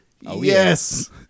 yes